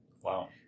Wow